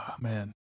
man